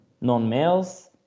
non-males